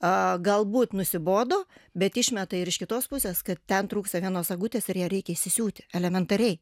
a galbūt nusibodo bet išmeta ir iš kitos pusės kad ten trūksta vienos sagutės ir ją reikia įsisiūti elementariai